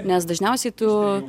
nes dažniausiai tu